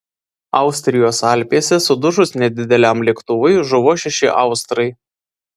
austrijos alpėse sudužus nedideliam lėktuvui žuvo šeši austrai